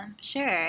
sure